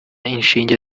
inshinge